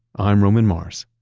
i'm roman mars